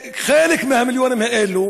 חלק מהמיליונים הללו,